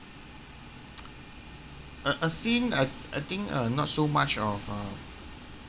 a a scene I I think uh not so much of uh